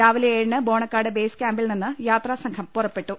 രാവിലെ ഏഴിന് ബോണക്കാട് ബേസ് ക്യാമ്പിൽ നിന്ന് യാത്രാസംഘം പുറ പ്പെട്ടു